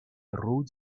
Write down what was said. rode